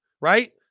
right